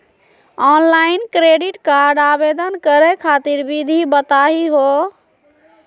Online credit card आवेदन करे खातिर विधि बताही हो?